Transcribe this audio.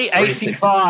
385